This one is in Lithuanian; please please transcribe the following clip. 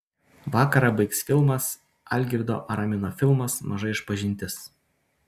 vakarą baigs filmas algirdo aramino filmas maža išpažintis